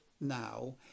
now